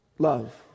Love